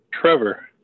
Trevor